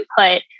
input